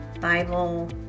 Bible